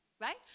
right